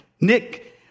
Nick